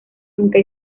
nunca